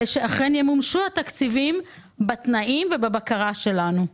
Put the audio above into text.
שאכן ימומשו התקציבים בתנאים ובבקרה שלנו.